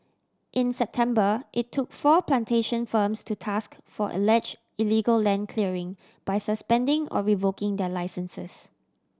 in September it took four plantation firms to task for allege illegal land clearing by suspending or revoking their licences